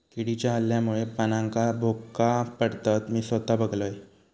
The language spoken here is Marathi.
किडीच्या हल्ल्यामुळे पानांका भोका पडतत, मी स्वता बघलंय